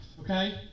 okay